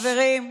חברים.